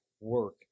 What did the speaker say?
work